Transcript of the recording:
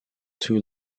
too